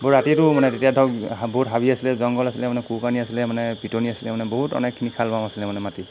বহু ৰাতিতো মানে তেতিয়া ধৰক বহুত হাবি আছিলে জংঘল আছিলে মানে কুকানি আছিলে মানে পিটনী আছিলে মানে বহুত অনেকখিনি খাল বাম আছিলে মানে মাটি